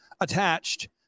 attached